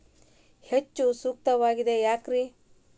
ಹೆಚ್ಚು ಸೂಕ್ತವಾಗಿದೆ ಯಾಕ್ರಿ?